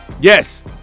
Yes